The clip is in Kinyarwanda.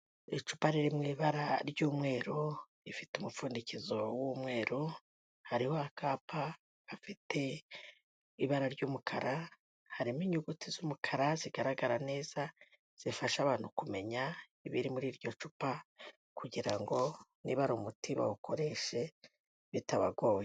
Icupa riri mu ibara ry'umweru, rifite umupfundikozo w'umweru, hariho akapa gafite ibara ry'umukara, harimo inyuguti z'umukara zigaragara neza, zifasha abantu kumenya ibiri muri iryo cupa. Kugira ngo niba ari umuti bawukoreshe bitabagoye.